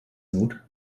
not